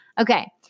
Okay